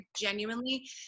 genuinely